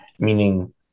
Meaning